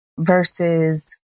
versus